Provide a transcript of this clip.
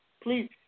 Please